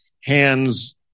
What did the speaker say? hands